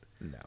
No